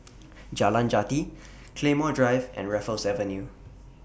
Jalan Jati Claymore Drive and Raffles Avenue